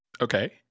okay